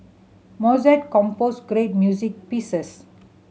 Mozart composed great music pieces